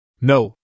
No